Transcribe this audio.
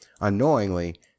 Unknowingly